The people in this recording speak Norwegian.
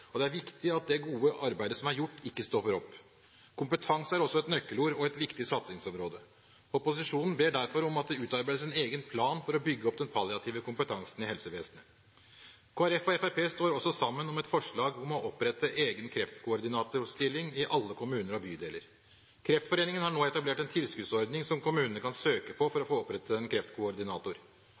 og det er viktig at det gode arbeidet som er gjort, ikke stopper opp. Kompetanse er også et nøkkelord og et viktig satsingsområde. Opposisjonen ber derfor om at det utarbeides en egen plan for å bygge opp den palliative kompetansen i helsevesenet. Kristelig Folkeparti og Fremskrittspartiet står også sammen om et forslag om å opprette egen kreftkoordinatorstilling i alle kommuner og bydeler. Kreftforeningen har nå etablert en tilskuddsordning som kommunen kan søke på for å få opprettet en